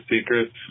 Secrets